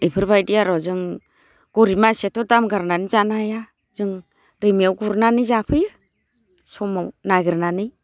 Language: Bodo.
एफोरबायदि आर' जों गरिब मानसियाथ' दाम गारनानै जानो हाया जों दैमायाव गुरनानै जाफैयो समाव नागिरनानै